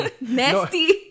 Nasty